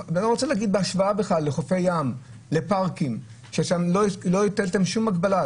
אני לא רוצה להגיע בכלל לחופי ים ולפארקים ששם לא הטלתם שום הגבלה,